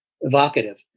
evocative